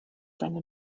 seine